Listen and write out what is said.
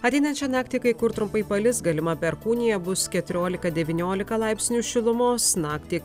ateinančią naktį kai kur trumpai palis galima perkūnija bus keturiolika devyniolika laipsnių šilumos naktį